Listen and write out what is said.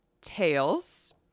tails